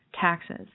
taxes